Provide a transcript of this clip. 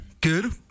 Good